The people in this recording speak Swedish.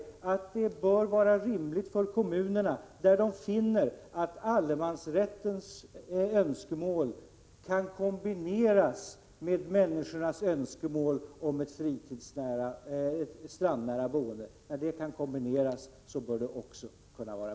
Just därför bör det vara rimligt att kommunerna, där de finner att allemansrättens önskemål kan kombineras med människornas önskemål om ett strandnära boende, kan tillåta byggande vid stränderna.